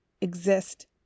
exist